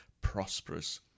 prosperous